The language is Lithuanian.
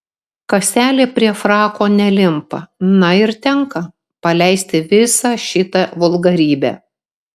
kaselė prie frako nelimpa na ir tenka paleisti visą šitą vulgarybę